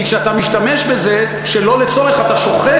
כי כשאתה משתמש בזה שלא לצורך אתה שוחק